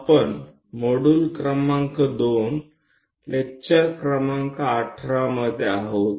આપણે મોડ્યુલ ક્રમાંક 2 લેકચર ક્રમાંક 18 માં છીએ